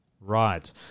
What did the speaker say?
Right